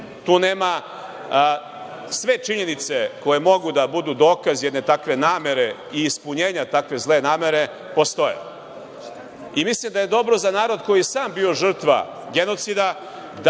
dileme. Sve činjenice koje mogu da budu dokaz jedne takve namere i ispunjenja takve zle namere postoje. Mislim da je dobro za narod koji je sam bio žrtva genocida